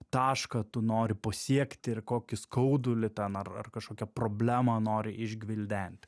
tašką tu nori pasiekti ir kokį skaudulį ten ar ar kažkokią problemą nori išgvildenti